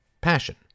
passion